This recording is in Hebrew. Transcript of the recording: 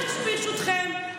ברשותכם,